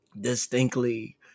Distinctly